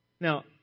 Now